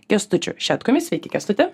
kęstučiu šetkumi sveiki kęstuti